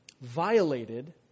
violated